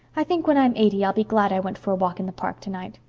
i think when i am eighty i'll be glad i went for a walk in the park tonight.